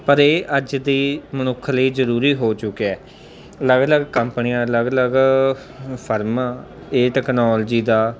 ਪਰ ਇਹ ਅੱਜ ਦੀ ਮਨੁੱਖ ਲਈ ਜ਼ਰੂਰੀ ਹੋ ਚੁੱਕਿਆ ਅਲੱਗ ਅਲੱਗ ਕੰਪਨੀਆਂ ਅਲੱਗ ਅਲੱਗ ਫਰਮ ਇਹ ਟੈਕਨੋਲਜੀ ਦਾ